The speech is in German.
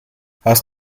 hast